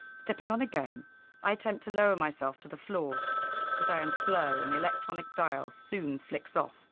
stepping on again i attempt to lower myself to the floor but i am slow and the electronic dial soon flicks off.